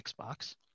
xbox